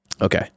Okay